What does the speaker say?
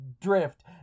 Drift